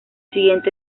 siguiente